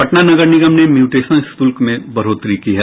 पटना नगर निगम ने म्यूटेशन शुल्क में बढ़ोतरी की है